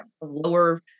lower